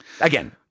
Again